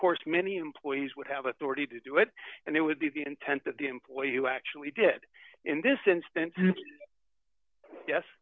course many employees would have authority to do it and it would be the intent that the employee who actually did in this instance yes